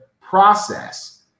process